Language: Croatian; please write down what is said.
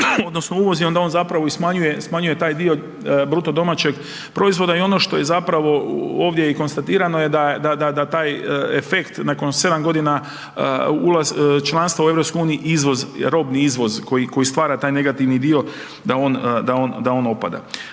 odnosno uvoz i onda on zapravo i smanjuje taj dio BDP-a. I ono što je zapravo ovdje i konstatirano da taj efekt nakon sedam godina članstva u EU izvoz, robni izvoz koji stvara taj negativni dio da on opada.